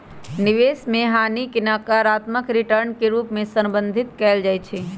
निवेश में हानि के नकारात्मक रिटर्न के रूप में संदर्भित कएल जाइ छइ